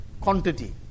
quantity